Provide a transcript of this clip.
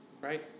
Right